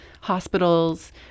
hospitals